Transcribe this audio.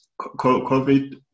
COVID